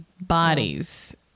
bodies